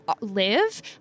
live